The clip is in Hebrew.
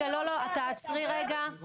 תודה.